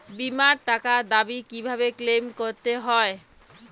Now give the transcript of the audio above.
বিমার টাকার দাবি কিভাবে ক্লেইম করতে হয়?